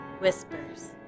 Whispers